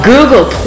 Google